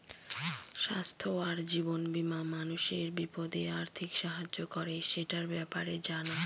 স্বাস্থ্য আর জীবন বীমা মানুষের বিপদে আর্থিক সাহায্য করে, সেটার ব্যাপারে জানা